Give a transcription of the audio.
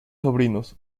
sobrinos